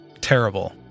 Terrible